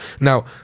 Now